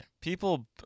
People